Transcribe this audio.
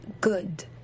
good